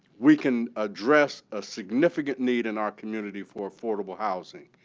we can address a significant need in our community for affordable housing.